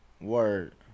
word